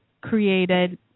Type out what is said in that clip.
created